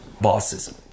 bosses